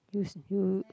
use you